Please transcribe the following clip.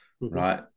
right